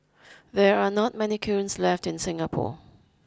there are not many kilns left in Singapore